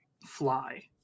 fly